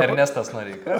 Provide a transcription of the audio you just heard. ernestas noreika